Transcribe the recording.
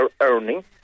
earning